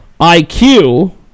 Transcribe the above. IQ